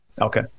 okay